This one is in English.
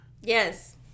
Yes